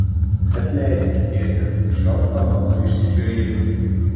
atleiski dėde už žioplą mano išsižiojimą